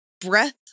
Breath